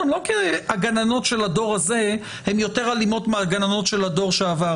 אני לא אחזור על כל הנימוקים העקרוניים נגד ענישת מינימום,